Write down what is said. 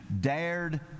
dared